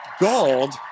gold